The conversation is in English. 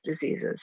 diseases